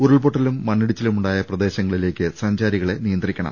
ഉരുൾപ്പൊട്ടലും മണ്ണിടിച്ചിലും ഉണ്ടായ പ്രദേശങ്ങളിലേക്ക് സഞ്ചാരികളെ നിയന്ത്രിക്കണം